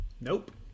Nope